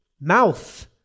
Mouth